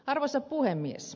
arvoisa puhemies